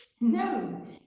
No